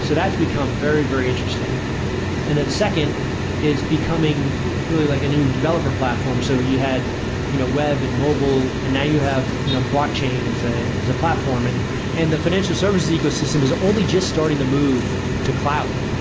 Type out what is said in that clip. so that's become very, very interesting and then second is becoming really like a new developer platform. so you had you know web and mobile and now you have you know blockchain as ah a platform. and and the financial services ecosystem is only just starting to move to cloud.